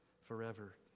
forever